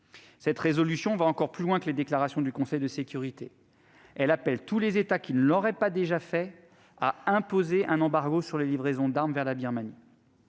Cette résolution va encore plus loin que les déclarations du Conseil de sécurité : elle appelle tous les États qui ne l'auraient pas déjà fait à imposer un embargo sur les livraisons d'armes vers la Birmanie.